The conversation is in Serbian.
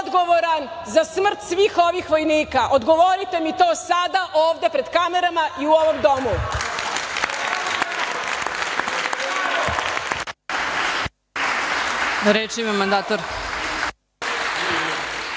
odgovoran za smrt svih ovih vojnika? Odgovorite mi to sada, ovde pred kamerama i u ovom domu. **Sandra